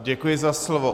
Děkuji za slovo.